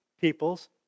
people's